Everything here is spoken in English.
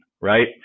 right